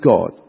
God